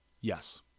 Yes